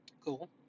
Cool